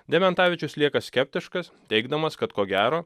dementavičius lieka skeptiškas teigdamas kad ko gero